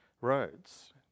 roads